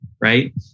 right